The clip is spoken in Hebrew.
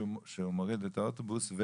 שהוא מוריד את האוטובוס,